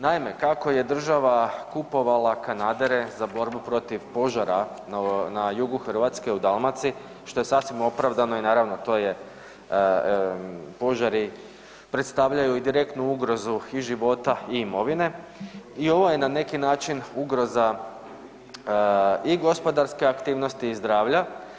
Naime, kako je država kupovala kanadere za borbu protiv požara na jugu Hrvatske, u Dalmaciji, što je sasvim opravdano i naravno, to je, požari predstavljaju i direktnu ugrozu i života i imovine i ovo je na nekim način ugroza i gospodarske aktivnosti i zdravlja.